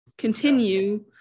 Continue